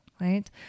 right